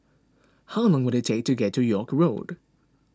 how long will it take to walk to York Road